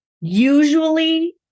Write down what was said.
usually